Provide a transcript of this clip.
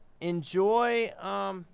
enjoy